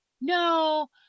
no